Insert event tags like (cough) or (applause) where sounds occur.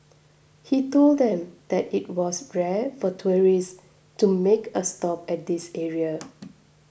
he told them that it was rare for tourists to make a stop at this area (noise)